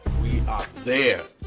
are there.